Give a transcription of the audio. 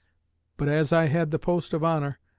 but as i had the post of honor,